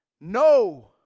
no